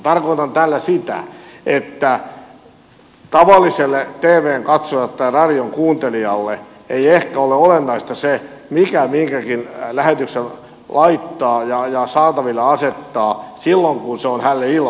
tarkoitan tällä sitä että tavalliselle tvn katsojalle tai radionkuuntelijalle ei ehkä ole olennaista se mikä minkäkin lähetyksen laittaa ja saataville asettaa silloin kun se on hänelle ilmaista